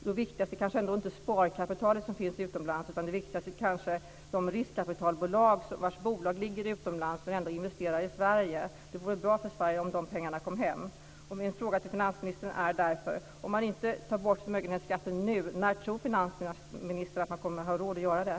Det viktigaste kanske ändå inte är det sparkapital som finns utomlands, utan det viktigaste kanske är de riskkapitalbolag vilkas bolag ligger utomlands men ändå investerar i Sverige. Det vore bra för Sverige om dessa pengar kom hem. Min fråga till finansministern är därför: Om man inte tar bort förmögenhetsskatten nu, när tror finansministern att man kommer att ha råd att göra det?